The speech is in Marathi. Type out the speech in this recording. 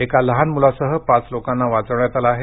एका लहान मुलासह पाच लोकांना वाचवण्यात आलं आहे